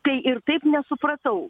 tai ir taip nesupratau